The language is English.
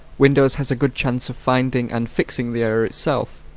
windows has a good chance of finding and fixing the error itself.